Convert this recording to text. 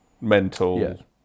mental